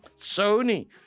Sony